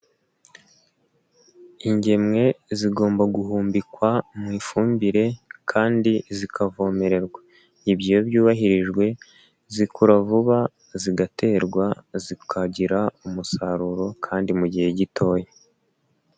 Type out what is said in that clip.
Ingemwe zigomba guhumbikwa mu ifumbire kandi zikavomererwa, ibyo iyo byubahirijwe zikura vuba zigaterwa zikagira umusaruro kandi mu gihe gitoya.